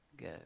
go